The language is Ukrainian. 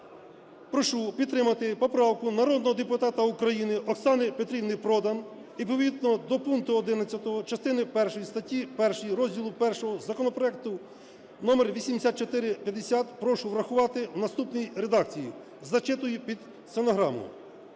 Прошу підтримати поправку народного депутата України Оксани Петрівни Продан. Відповідно до пункту 11 частини першої статті 1 розділу І законопроекту № 8450 прошу врахувати в наступній редакції. Зачитую під стенограму.